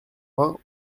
vingt